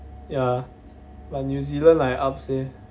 ya like new zealand like upz eh